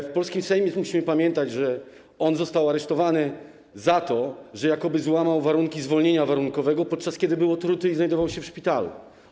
W polskim Sejmie musimy pamiętać, że Nawalny został aresztowany za to, że jakoby złamał warunki zwolnienia warunkowego, podczas gdy został otruty i znajdował się w szpitalu.